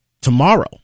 tomorrow